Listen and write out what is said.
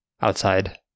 outside